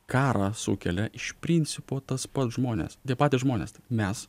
karą sukelia iš principo tas pats žmonės tie patys žmonės mes